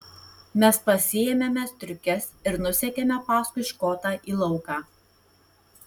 mes pasiėmėme striukes ir nusekėme paskui škotą į lauką